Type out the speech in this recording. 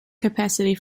capacity